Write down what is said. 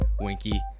winky